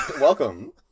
welcome